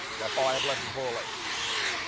that's all i have left in floral lace.